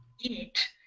eat